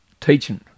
teaching